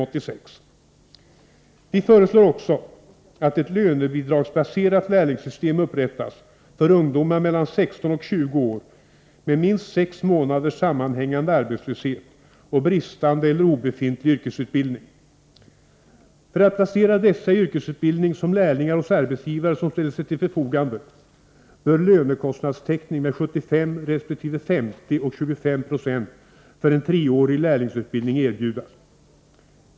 Vi föreslår också att ett lönebidragsbaserat lärlingssystem upprättas för ungdomar mellan 16 och 20 år med minst sex månaders sammanhängande arbetslöshet och bristande eller obefintlig yrkesutbildning. För att placera dessa i yrkesutbildning som lärlingar hos arbetsgivare som ställer sig till förfogande bör lönekostnadstäckning med 75 resp. 50 och 25 96 för en treårig lärlingsutbildning erbjudas.